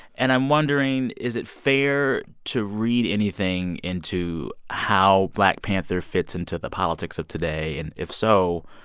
and i'm wondering, is it fair to read anything into how black panther fits into the politics of today, and if so,